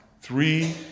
three